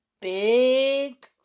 big